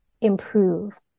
improve